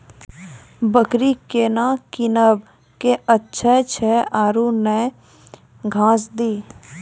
बकरी केना कीनब केअचछ छ औरू के न घास दी?